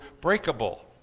breakable